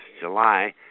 July